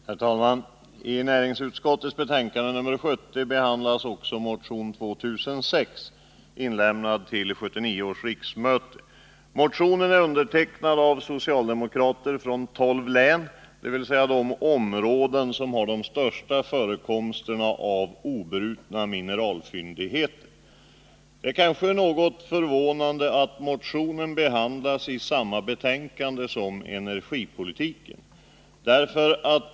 Herr talman! I näringsutskottets betänkande nr 70 behandlas också motion 2006, inlämnad till 1978/79 års riksmöte. Motionen är undertecknad av socialdemokrater från tolv län, dvs. de områden som har de största förekomsterna av obrutna mineralfyndigheter. Det är kanske något förvånande att motionen behandlas i samma betänkande som energipolitiken.